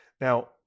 now